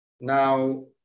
Now